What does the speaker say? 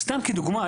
סתם כדוגמה.